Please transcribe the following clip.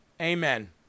Amen